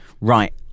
right